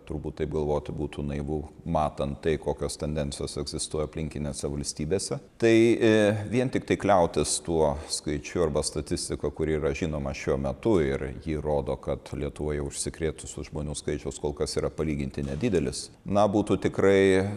turbūt taip galvoti būtų naivu matant tai kokios tendencijos egzistuoja aplinkinėse valstybėse tai vien tiktai kliautis tuo skaičiu arba statistika kuri yra žinoma šiuo metu ir ji rodo kad lietuvoje užsikrėtusių žmonių skaičius kol kas yra palyginti nedidelis na būtų tikrai